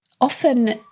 Often